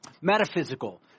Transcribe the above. Metaphysical